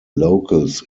locals